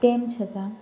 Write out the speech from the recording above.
તેમ છતાં